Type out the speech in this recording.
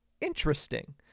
interesting